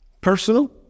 personal